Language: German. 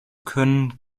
können